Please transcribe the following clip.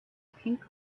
pink